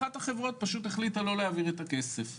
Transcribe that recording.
אחת החברות החליטה לא להעביר את הכסף.